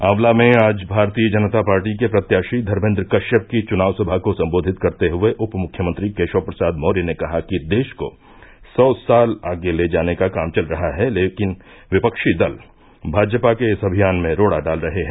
आंवला में आज भारतीय जनता पार्टी के प्रत्याशी धर्मेन्द्र कश्यप की चुनाव सभा को सम्बोधित करते हये उप मुख्यमंत्री केशव प्रसाद मौर्य ने कहा कि देश को सौ साल आगे ले जाने का काम चल रहा है लेकिन विपक्षी दल भाजपा के इस अभियान में रोड़ा डाल रहे हैं